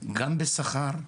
גם בשכר,